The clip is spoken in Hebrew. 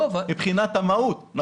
מבחינת המהות זאת הכוונה.